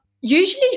Usually